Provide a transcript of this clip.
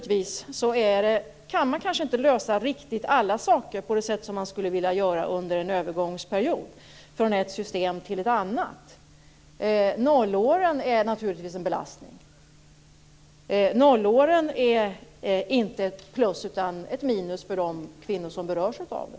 Det går inte att lösa riktigt alla saker som man skulle vilja göra under en övergångsperiod från ett system till ett annat. Nollåren är en belastning. Nollåren är ett minus för de kvinnor som berörs. Så är det.